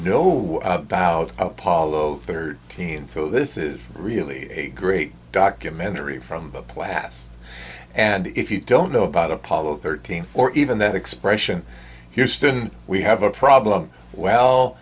know about apollo thirteen so this is really a great documentary from plas and if you don't know about apollo thirteen or even that expression here still we have a problem well